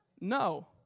No